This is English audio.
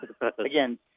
Again